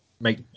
make